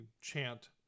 chant